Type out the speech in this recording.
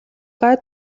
гай